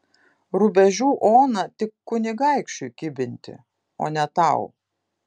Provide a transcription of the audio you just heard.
rubežių oną tik kunigaikščiui kibinti o ne tau